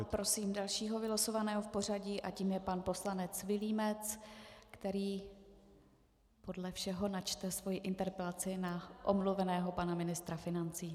Prosím dalšího vylosovaného v pořadí a tím je pan poslanec Vilímec, který podle všeho načte svoji interpelaci na omluveného pana ministra financí.